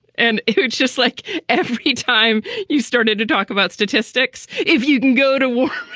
and it's just like every time you started to talk about statistics, if you can go to war,